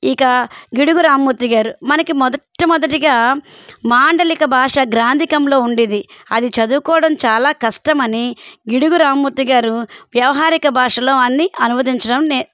ఇక గిడుగు రామ్మూర్తి గారు మనకి మొట్టమొదటిగా మాండలిక భాష గ్రాంధికంలో ఉండేది అది చదువుకోవడం చాలా కష్టమని గిడుగు రామ్మూర్తి గారు వ్యవహారిక భాషలో అన్ని అనువదించడం నే